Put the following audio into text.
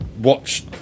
watch